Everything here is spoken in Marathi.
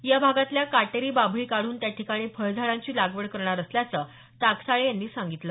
या भागातल्या काटेरी बाभळी काढून त्या ठिकाणी फळझाडांची लागवड करणार असल्याचं टाकसाळे यांनी सांगितलं